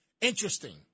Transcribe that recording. Interesting